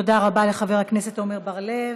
תודה רבה לחבר הכנסת עמר בר-לב.